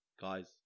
guys